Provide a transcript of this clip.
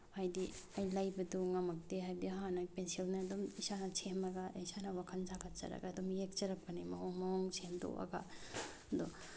ꯍꯥꯏꯗꯤ ꯑꯩ ꯂꯩꯕꯗꯨ ꯉꯝꯃꯛꯇꯦ ꯍꯥꯏꯕꯗꯤ ꯍꯥꯟꯅꯩ ꯄꯦꯟꯁꯤꯜꯅ ꯑꯗꯨꯝ ꯏꯁꯥꯅ ꯁꯦꯝꯃꯒ ꯏꯁꯥꯅ ꯋꯥꯈꯟ ꯁꯥꯒꯠꯆꯔꯒ ꯑꯗꯨꯝ ꯌꯦꯛꯆꯔꯛꯄꯅꯤ ꯃꯑꯣꯡ ꯃꯑꯣꯡ ꯁꯦꯝꯗꯣꯛꯑꯒ ꯑꯗꯨ